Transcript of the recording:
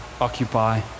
occupy